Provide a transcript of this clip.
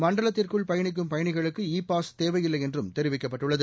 மண்டலத்திற்குள் பயணிக்கும் பயணிகளுக்கு e pass தேவையில்லை என்றும் தெரிவிக்கப்பட்டுள்ளது